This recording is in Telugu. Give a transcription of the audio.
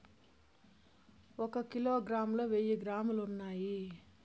ఒక కిలోగ్రామ్ లో వెయ్యి గ్రాములు ఉన్నాయి